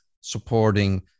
supporting